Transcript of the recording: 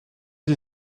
sie